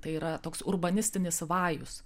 tai yra toks urbanistinis vajus